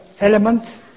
element